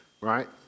right